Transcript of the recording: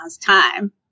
time